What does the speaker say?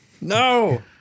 no